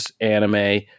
anime